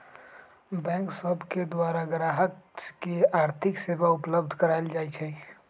bank सब के द्वारा गाहक के आर्थिक सेवा उपलब्ध कराएल जाइ छइ